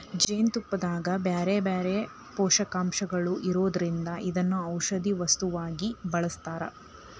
ಜೇನುತುಪ್ಪದಾಗ ಬ್ಯಾರ್ಬ್ಯಾರೇ ಪೋಷಕಾಂಶಗಳು ಇರೋದ್ರಿಂದ ಇದನ್ನ ಔಷದ ವಸ್ತುವಾಗಿ ಬಳಸ್ತಾರ